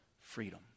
freedom